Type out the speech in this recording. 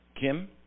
Kim